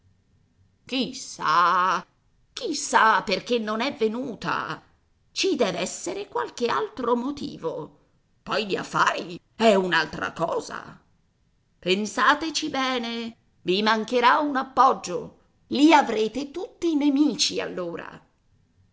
lei chissà chissà perché non è venuta ci dev'essere qualch'altro motivo poi gli affari è un'altra cosa pensateci bene i mancherà un appoggio i avrete tutti nemici allora